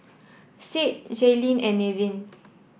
Sade Jaylene and Nevin